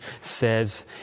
says